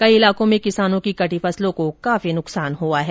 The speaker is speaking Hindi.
कई इलाकों में किसानों की कटी फसलों को काफी नुकसान हुआ है